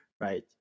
Right